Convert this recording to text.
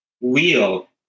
wheel